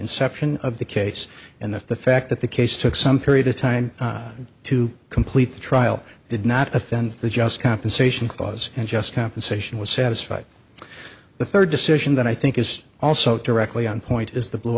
inception of the case and the fact that the case took some period of time to complete the trial did not offend the just compensation clause and just compensation was satisfied the third decision that i think is also directly on point is the blue